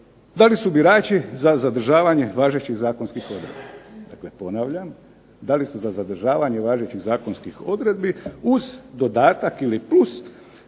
da li su birači za zadržavanje važećih zakonskih odredbi. Dakle ponavljam, da li su za zadržavanje važećih zakonskih odredbi uz dodatak ili plus